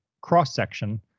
cross-section